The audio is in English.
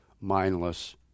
mindless